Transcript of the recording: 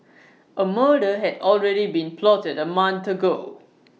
A murder had already been plotted A month ago